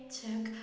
took